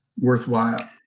worthwhile